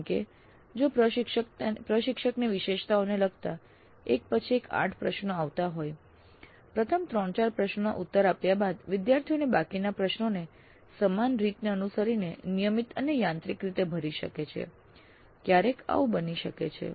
જેમ કે જો પ્રશિક્ષકની વિશેષતાઓને લગતા એક પછી એક આઠ પ્રશ્નો આવતા હોય પ્રથમ 3 4 પ્રશ્નોના ઉત્તર આપ્યા બાદ વિદ્યાર્થીઓ બાકીના પ્રશ્નોને સમાન રીતને અનુસરીને નિયમિત અને યાંત્રિક રીતે ભરી શકે છે ક્યારેક આવું બની શકે છે